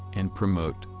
and promote,